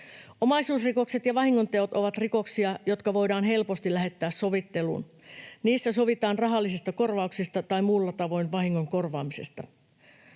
Omaisuusrikokset ja vahingonteot ovat rikoksia, jotka voidaan helposti lähettää sovitteluun. Niissä sovitaan rahallisista korvauksista tai muulla tavoin vahingon korvaamisesta.